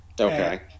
Okay